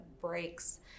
breaks